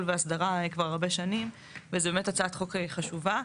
והסדרה כבר הרבה שנים וזו באמת הצעת חוק חשובה.